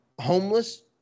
homeless